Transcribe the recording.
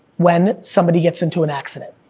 when somebody gets into an accident.